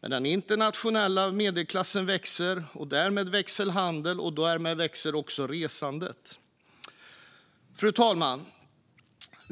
Men den internationella medelklassen växer. Därmed växer också handeln och resandet. Fru talman!